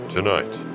Tonight